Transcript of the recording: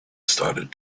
started